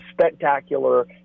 spectacular